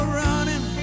running